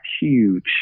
huge